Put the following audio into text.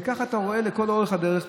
וככה אתה רואה לאורך כל הדרך.